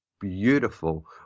beautiful